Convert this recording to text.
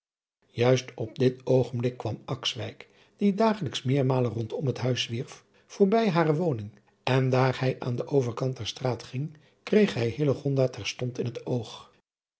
juist op dit oogenblik kwam akswijk die dagelijks meermalen rondom het huis zwierf voorbij hare woning en daar hij aan den overkant der straat ging kreeg hij hillegonda terstond in het oog